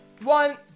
one